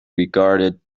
regarded